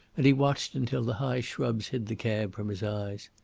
and he watched until the high shrubs hid the cab from his eyes.